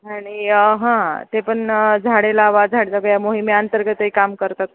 आणि हां ते पण झाडे लावा झाडे जगवा या मोहिमेअंतर्गतही काम करतात